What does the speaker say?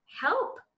help